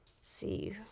see